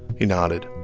he nodded.